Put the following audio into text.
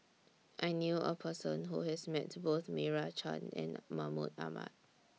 I knew A Person Who has Met Both Meira Chand and Mahmud Ahmad